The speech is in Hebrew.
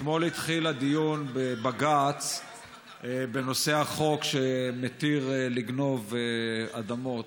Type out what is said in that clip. אתמול התחיל הדיון בבג"ץ בנושא החוק שמתיר לגנוב אדמות,